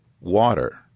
water